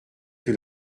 que